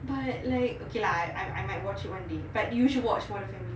but like okay lah I I might watch it one day but you should watch modern family